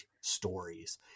stories